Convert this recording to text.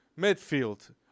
midfield